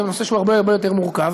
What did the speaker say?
זה נושא שהוא הרבה הרבה יותר מורכב.